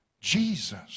Jesus